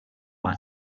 bad